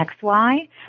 XY